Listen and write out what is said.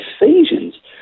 Ephesians